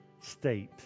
state